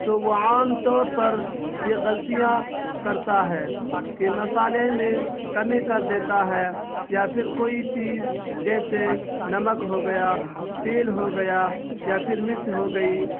تو وہ عام طور پر یہ غلطیاں کرتا ہے کہ مسالے میں کمی کر دیتا ہے یا پھر کوئی چیز جیسے نمک ہو گیا تیل ہو گیا یا پھر مرچ ہو گئی